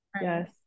yes